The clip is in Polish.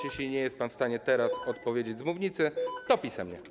Jeśli nie jest pan w stanie teraz odpowiedzieć z mównicy, to pisemnie.